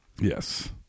Yes